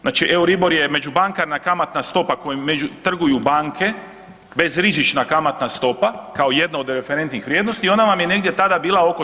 Znači EURIBOR je međubankarna kamatna stopa kojom među, trguju banke, bezrizična kamatna stopa kao jedno od referentnih vrijednosti i ona vam je negdje tada bila oko 4%